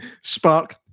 Spark